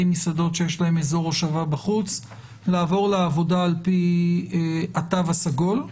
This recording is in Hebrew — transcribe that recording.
מסעדות שיש להם אזור הושבה בחוץ לעבור לעבודה על פי התו הסגול,